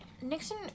Nixon